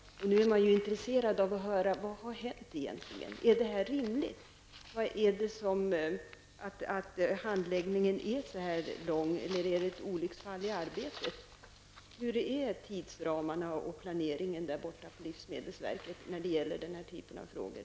Nu är jag intresserad av att höra vad som egentligen har hänt. Är det rimligt att handläggningstiden är så lång, eller är det fråga om ett olycksfall i arbetet? Hur ser tidsramarna och planeringen ut på livsmedelsverket när det gäller den här typen av frågor?